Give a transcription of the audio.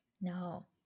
No